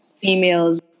females